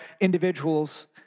individuals